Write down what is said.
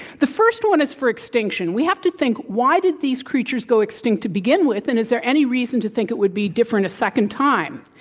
the first one is for extinction. we have to think, why did these creatures go extinct to begin with? and is there any reason to think it would be different a second time?